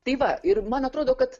tai va ir man atrodo kad